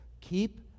Keep